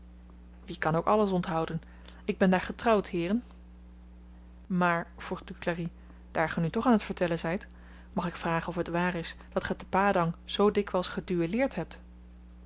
wie kan ook alles onthouden ik ben daar getrouwd heeren maar vroeg duclari daar ge nu toch aan t vertellen zyt mag ik vragen of t waar is dat ge te padang zoo dikwyls geduelleerd hebt